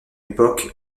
époque